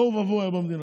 תוהו ובוהו היה במדינה.